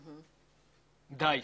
די,